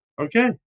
Okay